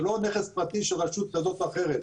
זה לא נכס פרטי של רשות כזאת או אחרת.